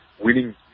Winning